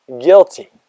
guilty